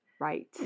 Right